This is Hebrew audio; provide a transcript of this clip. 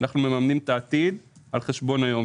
אנחנו מממנים את העתיד על חשבון היום.